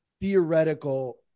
theoretical